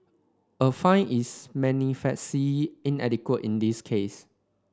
a fine is inadequate in this case